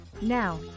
Now